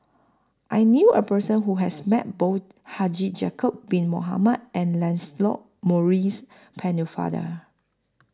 I knew A Person Who has Met Both Haji Ya'Acob Bin Mohamed and Lancelot Maurice Pennefather